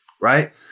right